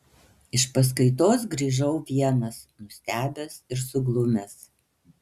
iš paskaitos grįžau vienas nustebęs ir suglumęs